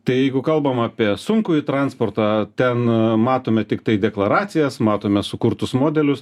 tai jeigu kalbam apie sunkųjį transportą ten a matome tiktai deklaracijas matome sukurtus modelius